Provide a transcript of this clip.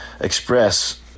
express